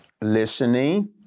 listening